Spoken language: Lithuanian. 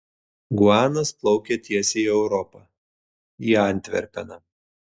guanas plaukia tiesiai į europą į antverpeną